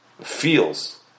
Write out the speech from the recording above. feels